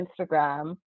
Instagram